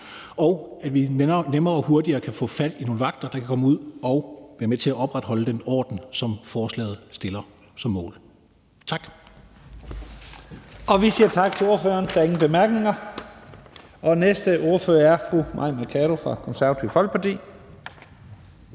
og så vi nemmere og hurtigere kan få fat i nogle vagter, der kan komme ud og være med til at opretholde den orden, som forslaget har som målsætning. Tak. Kl. 16:20 Første næstformand (Leif Lahn Jensen): Vi siger tak til ordføreren. Der er ingen korte bemærkninger, og næste ordfører er fru Mai Mercado fra Det Konservative Folkeparti.